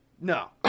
No